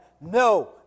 no